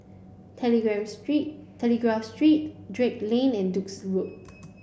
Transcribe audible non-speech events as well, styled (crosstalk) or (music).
(unintelligible) street Telegraph Street Drake Lane and Duke's Road